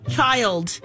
Child